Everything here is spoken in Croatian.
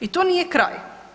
I tu nije kraj.